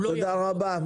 תודה רבה.